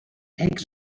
eggs